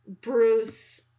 Bruce